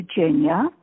Virginia